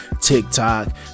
tiktok